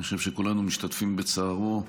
אני חושב שכולנו משתתפים בצערו.